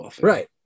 Right